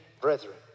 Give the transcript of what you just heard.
brethren